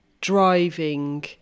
driving